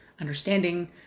Understanding